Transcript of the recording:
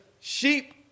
Sheep